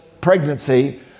pregnancy